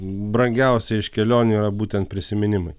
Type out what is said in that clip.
brangiausia iš kelionių yra būtent prisiminimai